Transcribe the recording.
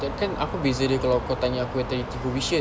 tak kan apa beza dia kalau kau tanya yang tiga wishes